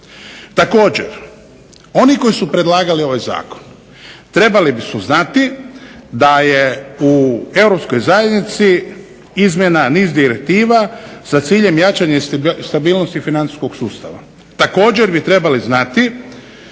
Također, oni koji su predlagali ovaj zakon trebali su znati da je u Europskoj zajednici izmjena niz direktiva sa ciljem jačanja i stabilnosti financijskog sustava.